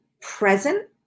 present